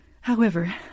However